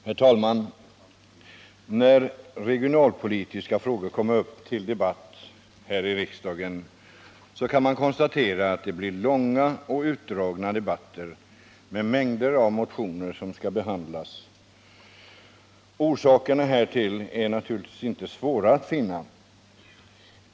Herr talman! När regionalpolitiska frågor kommer upp till debatt här i riksdagen kan man konstatera att det blir långa och utdragna debatter med en mängd motioner som skall behandlas. Orsakerna härtill är naturligtvis inte svåra att finna.